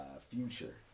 Future